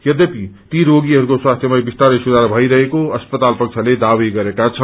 यध्यपित ी रोगीहरूको स्वास्थ्यमा विस्तारै सुधार भैरहेको अस्पताल पक्षले दावी गरेका छन्